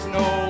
no